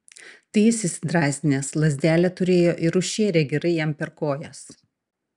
tai jis įsidrąsinęs lazdelę turėjo ir užšėrė gerai jam per kojas